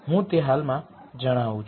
હું તે હાલમાં જણાવું છું